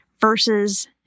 versus